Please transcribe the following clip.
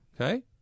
Okay